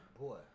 Boy